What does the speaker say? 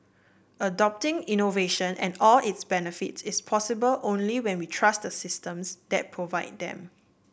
adopting innovation and all its benefits is possible only when we trust the systems that provide them